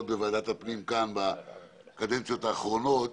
בוועדת הפנים כאן בקדנציות האחרונות,